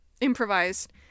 improvised